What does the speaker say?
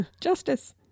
justice